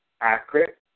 accurate